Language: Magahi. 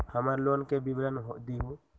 हमर लोन के विवरण दिउ